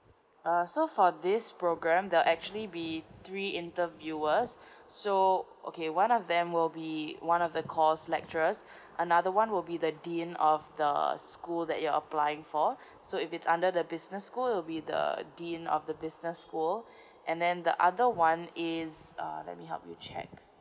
uh so for this program there actually be three interviewers so okay one of them will be one of the course lecturers another one will be the dean of the school that you're applying for so if it's under the business school will be the dean of the business school and then the other one is uh let me help you check